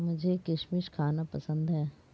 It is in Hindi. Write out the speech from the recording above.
मुझें किशमिश खाना पसंद है